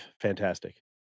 fantastic